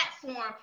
platform